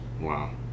wow